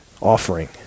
offering